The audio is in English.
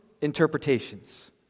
interpretations